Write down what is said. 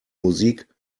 musik